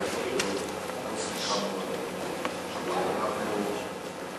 אנחנו הנחנו,